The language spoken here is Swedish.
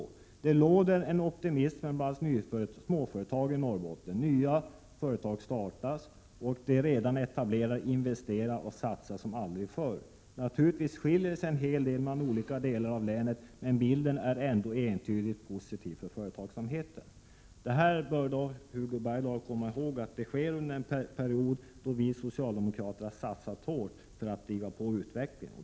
I ledaren sägs: ”Det råder optimism bland småföretagen i Norrbotten. Nya företag startas och de redan 151 etablerade investerar och satsar som aldrig förr. Naturligtvis skiljer det sig en hel del mellan olika delar av länet men bilden är ändå entydigt positiv för företagsamheten.” Hugo Bergdahl bör komma ihåg att det sker under en period då vi socialdemokrater har satsat hårt för att driva på utvecklingen.